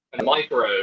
Micro